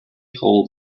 hold